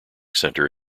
center